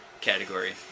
category